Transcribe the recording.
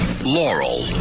Laurel